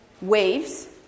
waves